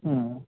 ಹ್ಞೂ